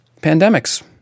pandemics